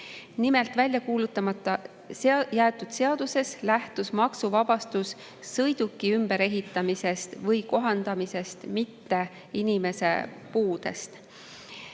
Nimelt, välja kuulutamata jäetud seaduses lähtus maksuvabastus sõiduki ümberehitamisest või kohandamisest, mitte inimese puudest.